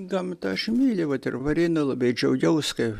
gamtą aš myliu vat ir varėnoj labai džiaugiausi kai